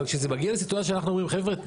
אבל כשזה מגיע לסיטואציה שאנחנו אומרים חבר'ה,